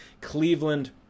Cleveland